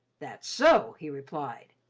that's so! he replied.